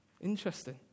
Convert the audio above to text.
Interesting